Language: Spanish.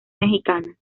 mexicana